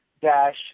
dash